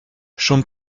schon